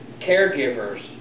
caregivers